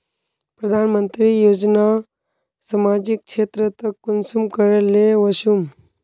प्रधानमंत्री योजना सामाजिक क्षेत्र तक कुंसम करे ले वसुम?